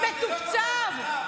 מתוקצב.